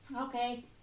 Okay